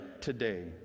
today